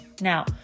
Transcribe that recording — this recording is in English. Now